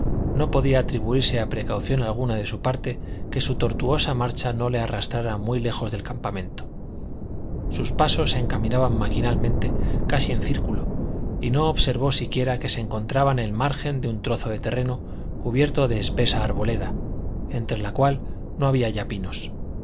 no podía atribuirse a precaución alguna de su parte que su tortuosa marcha no le arrastrara muy lejos del campamento sus pasos se encaminaban maquinalmente casi en círculo y no observó siquiera que se encontraba en el margen de un trozo de terreno cubierto de espesa arboleda entre la cual no había ya pinos